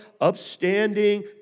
upstanding